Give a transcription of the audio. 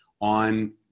on